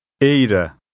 Eira